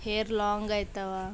hair long ಆಯ್ತವ